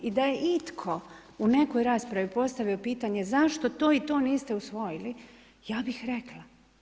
I da je itko u nekoj raspravi postavio pitanje zašto to i to niste usvojili ja bih rekla.